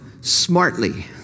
smartly